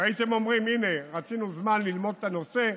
והייתם אומרים: הינה, רצינו זמן ללמוד את הנושא,